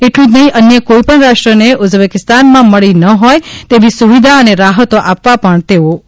એટલું જ નહિ અન્ય કોઇ પણ રાષ્ટ્રને ઉઝબેકિસ્તાનમાં મળી ન હોય તેવી સુવિધા અને રાહતો આપવા પણ તેઓ ઉત્સુક છે